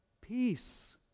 Peace